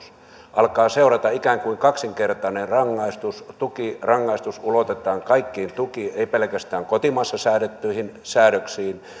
alkaa seurata ikään kuin kaksinkertainen rangaistus tukirangaistus ulotetaan kaikkiin tukiin ei pelkästään kotimaassa säädettyihin säädöksiin